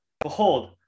Behold